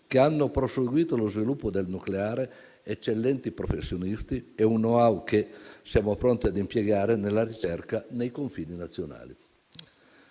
che hanno proseguito lo sviluppo del nucleare eccellenti professionisti e un *know how* che siamo pronti ad impiegare nella ricerca nei confini nazionali.